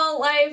life